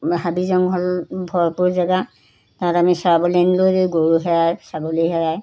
হাবি জংঘল ভৰপূৰ জেগা তাত আমি চৰাবলৈ আনিলেও যদি গৰু হেৰায় ছাগলী হেৰায়